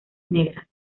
negras